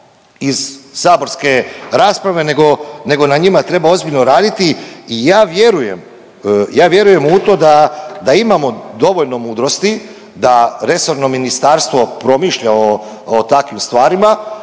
iz saborske rasprave nego, nego na njima treba ozbiljno raditi. I ja vjerujem, ja vjerujem u to da imamo dovoljno mudrosti da resorno ministarstvo promišlja o takvim stvarima,